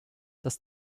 das